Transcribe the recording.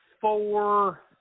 four